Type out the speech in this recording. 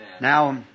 Now